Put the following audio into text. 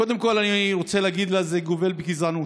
קודם כול, אני רוצה להגיד לה: זה גובל בגזענות.